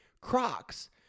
Crocs